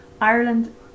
Ireland